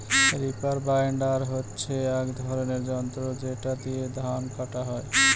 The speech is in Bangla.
রিপার বাইন্ডার হচ্ছে এক ধরনের যন্ত্র যেটা দিয়ে ধান কাটা হয়